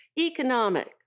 economic